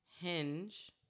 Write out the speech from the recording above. hinge